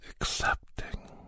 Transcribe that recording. accepting